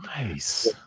Nice